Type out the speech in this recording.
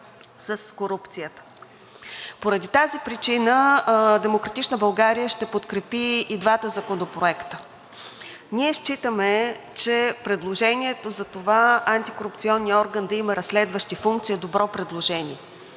с корупцията. Поради тази причина „Демократична България“ ще подкрепи и двата законопроекта. Ние считаме, че предложението за това антикорупционният орган да има разследващи функции е добро предложение,